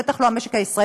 בטח לא המשק הישראלי,